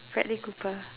bradley cooper